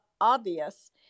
obvious